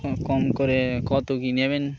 কম করে কত কি নেবেন